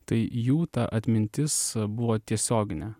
tai jų ta atmintis buvo tiesioginė